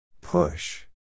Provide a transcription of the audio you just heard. Push